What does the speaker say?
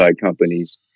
companies